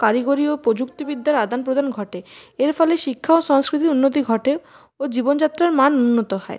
কারিগরি ও প্রযুক্তিবিদ্যার আদানপ্রদান ঘটে এর ফলে শিক্ষা ও সংস্কৃতির উন্নতি ঘটে ও জীবনযাত্রার মান উন্নত হয়